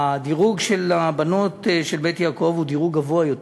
הדירוג של הבנות של "בית יעקב" הוא דירוג גבוה יותר.